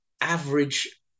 average